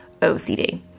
OCD